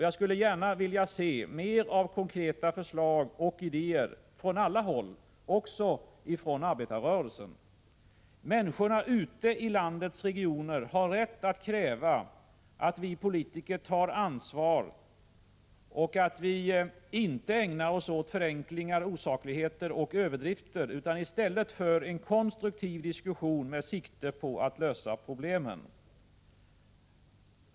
Jag skulle gärna vilja se mer av konkreta förslag och idéer från alla håll, också från arbetarrörelsen. Människorna ute i landets regioner har rätt att kräva att vi politiker tar ansvar och att vi inte ägnar oss åt förenklingar, osakligheter och överdrifter utan i stället för en konstruktiv diskussion med sikte på att lösa problemen.